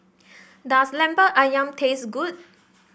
does Lemper ayam taste good